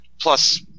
Plus